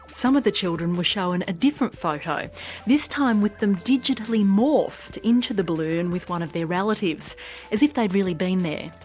some of the children were shown a different photo this time with them digitally morphed into the balloon with one of their relatives as if they'd really been there.